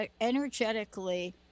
energetically